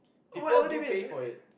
people do pay for it